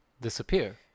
disappear